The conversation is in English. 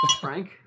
Frank